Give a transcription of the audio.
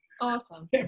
awesome